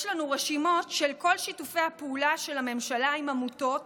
יש לנו רשימות של כל שיתופי הפעולה של הממשלה עם עמותות